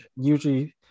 usually